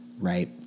right